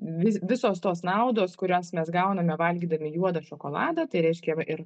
vis visos tos naudos kurias mes gauname valgydami juodą šokoladą tai reiškia va ir